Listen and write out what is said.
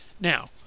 Now